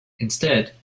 instead